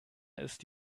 ist